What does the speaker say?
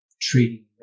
treating